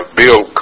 build